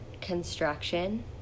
construction